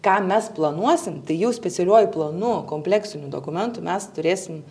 ką mes planuosim tai jau specialiuoju planu kompleksiniu dokumentu mes turėsim